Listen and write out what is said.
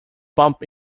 bump